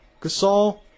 Gasol